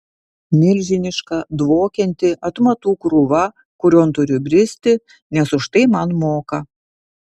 milžiniška dvokianti atmatų krūva kurion turiu bristi nes už tai man moka